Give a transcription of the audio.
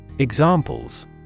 Examples